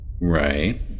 Right